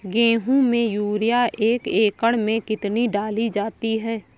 गेहूँ में यूरिया एक एकड़ में कितनी डाली जाती है?